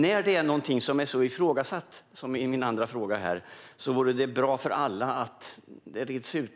När det är någonting som är så ifrågasatt som det i min andra fråga vore det bra för alla om det reds ut.